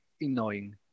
annoying